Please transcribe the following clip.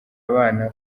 abana